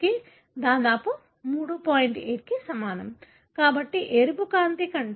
Power Green light15004Power red light17004Power Power 7541